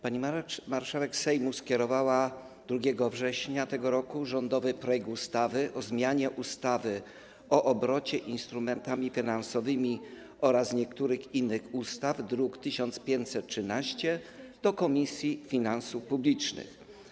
Pani marszałek Sejmu skierowała 2 września tego roku rządowy projekt ustawy o zmianie ustawy o obrocie instrumentami finansowymi oraz niektórych innych ustaw, druk nr 1513, do Komisji Finansów Publicznych.